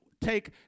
take